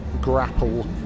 grapple